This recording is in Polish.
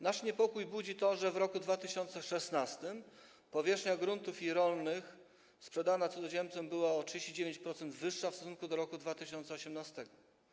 Nasz niepokój budzi to, że w roku 2016 powierzchnia gruntów rolnych sprzedana cudzoziemcom była o 39% większa w stosunku do roku 2018.